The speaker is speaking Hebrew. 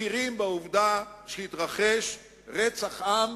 מכירים בעובדה שהתרחש רצח עם